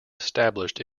established